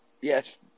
Yes